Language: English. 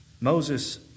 Moses